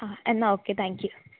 ആ എന്നാല് okay thank you